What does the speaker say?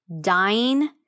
dying